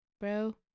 bro